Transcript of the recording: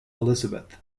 elizabeth